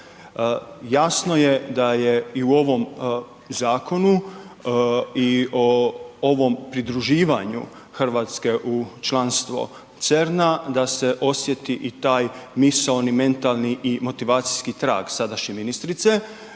Jasno je da je i u ovom zakonu i o ovom pridruživanje Hrvatske u članstvo CERN-a, da se osjeti i taj misaoni, mentalni i motivacijski trag sadašnje ministrice,